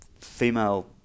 female